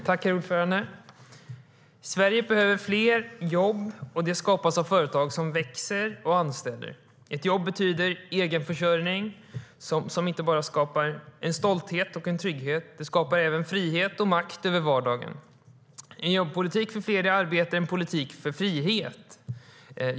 Herr ålderspresident! Sverige behöver fler jobb, och de skapas av företag som växer och anställer. Ett jobb betyder egen försörjning som inte bara skapar stolthet och trygghet utan även frihet och makt över vardagen. En politik för fler i arbete är en politik för frihet.